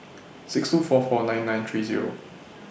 six two four four nine nine three Zero